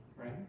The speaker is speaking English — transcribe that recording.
right